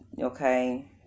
okay